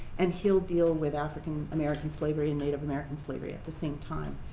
and he'll deal with african american slavery and native american slavery at the same time.